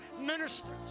ministers